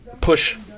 push